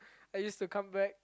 I used to come back